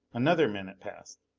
another minute passed.